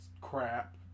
crap